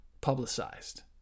publicized